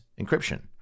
encryption